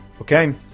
Okay